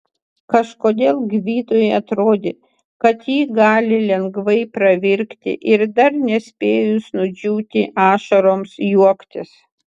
kažkodėl gvidui atrodė kad ji gali lengvai pravirkti ir dar nespėjus nudžiūti ašaroms juoktis